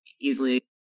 easily